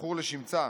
הזכור לשמצה.